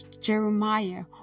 jeremiah